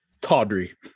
tawdry